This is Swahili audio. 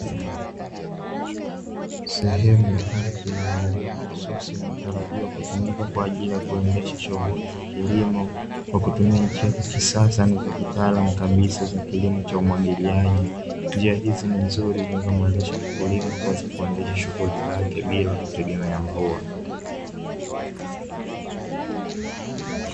Sehemu ya ardhi iliyoandaliwa mahususi na hutarajiwa kutumika kwa ajili ya kuendesha shughuli za kilimo, kwa kutumia njia za kisasa za kitaalam kabisa za kilimo cha umwagiliaji, njia hizi ni nzuri zinazomwezesha mkulima kuweze kuandikisha shughuli zake bila kutegemea mvua.